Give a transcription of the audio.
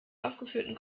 aufgeführten